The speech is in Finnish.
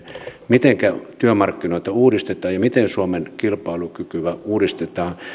mitenkä työmarkkinoita uudistetaan ja miten suomen kilpailukykyä uudistetaan